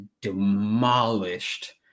demolished